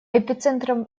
эпицентром